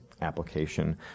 application